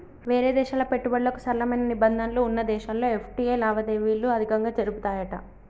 వేరే దేశాల పెట్టుబడులకు సరళమైన నిబంధనలు వున్న దేశాల్లో ఎఫ్.టి.ఐ లావాదేవీలు అధికంగా జరుపుతాయట